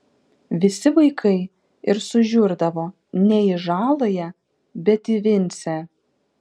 visi vaikai ir sužiurdavo ne į žaląją bet į vincę